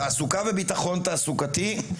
תעסוקה וביטחון תעסוקתי,